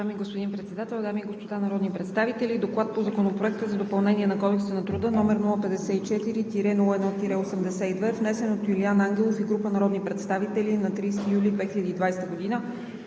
Уважаеми господин Председател, уважаеми дами и господа народни представители! „ДОКЛАД по Законопроекта за допълнение на Кодекса на труда, № 054-01-82, внесен от Юлиан Ангелов и група народни представители на 30 юли 2020 г.